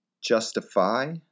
Justify